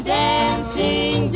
dancing